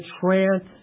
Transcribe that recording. trance